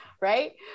right